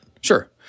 Sure